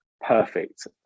perfect